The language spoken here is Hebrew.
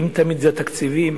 האם תמיד זה התקציבים?